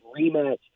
rematch